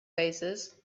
faces